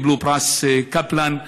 קיבלו פרס קפלן,